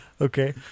Okay